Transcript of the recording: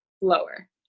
Lower